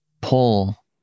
pull